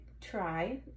try